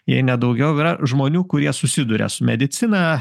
jei ne daugiau yra žmonių kurie susiduria su medicina